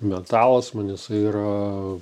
metalas man jisai yra